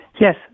Yes